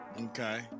okay